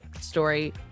story